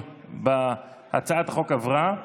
הצעת החוק עברה,